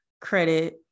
credit